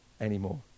anymore